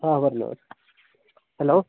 ആ പറഞ്ഞോളൂ ഹലോ